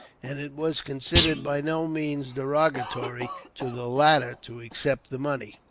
and it was considered by no means derogatory to the latter to accept the money.